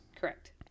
Correct